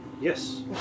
Yes